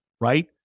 Right